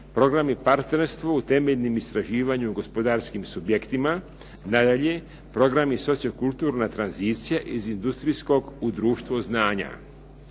programi partnerstvu u temeljnom istraživanju gospodarskim subjektima. Nadalje, programi sociokulturna tranzicija iz industrijskog u društvo znanja,